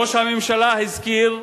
ראש הממשלה הזכיר,